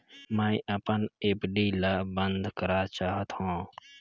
मैं अपन एफ.डी ल बंद करा चाहत हों